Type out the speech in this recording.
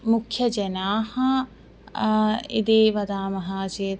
मुख्यजनाः यदि वदामः चेत्